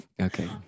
Okay